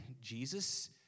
Jesus